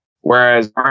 whereas